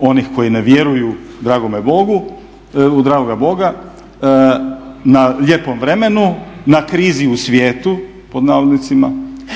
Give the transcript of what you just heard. onih koji ne vjeruju dragome Bogu, u dragoga Boga na lijepom vremenu, na "krizi u svijetu" pod navodnicima